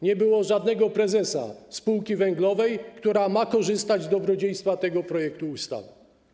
Nie było żadnego prezesa spółki węglowej, która będzie korzystać z dobrodziejstwa tego projektu ustawy.